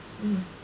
mm